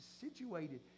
situated